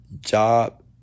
Job